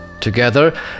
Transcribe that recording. Together